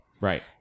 Right